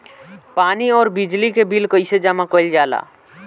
पानी और बिजली के बिल कइसे जमा कइल जाला?